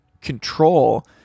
control